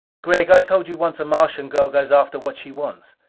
gregg, i told you once a martian girl goes after what she wants.